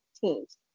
teams